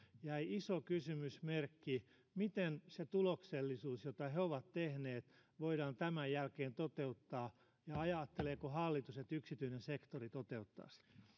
jäi iso kysymysmerkki miten se tuloksellisuus jota siellä on tehty voidaan tämän jälkeen toteuttaa ja ajatteleeko hallitus että yksityinen sektori toteuttaa